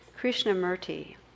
Krishnamurti